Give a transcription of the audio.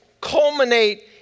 culminate